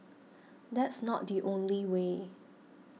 that's not the only way